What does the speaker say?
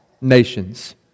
nations